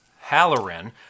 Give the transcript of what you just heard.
Halloran